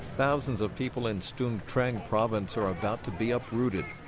thousands of people in stung treng province are about to be uprooted.